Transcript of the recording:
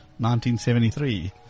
1973